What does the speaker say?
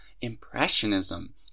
Impressionism